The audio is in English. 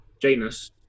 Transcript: Janus